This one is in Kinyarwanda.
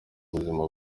buzima